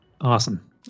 Awesome